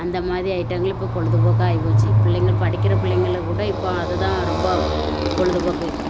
அந்த மாதிரி ஐட்டங்கள் இப்போது பொழுதுபோக்கா ஆயிப்போச்சு பிள்ளைங்கள் படிக்கிற பிள்ளைங்களை கூட இப்போ அது தான் ரொம்ப பொழுதுபோக்கு